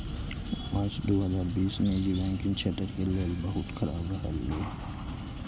वर्ष दू हजार बीस निजी बैंकिंग क्षेत्र के लेल बहुत खराब रहलै